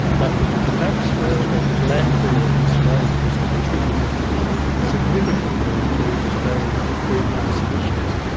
but the facts were that land clearing in australia was contributing significantly to australia's greenhouse emissions.